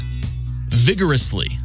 Vigorously